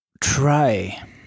try